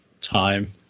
time